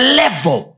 level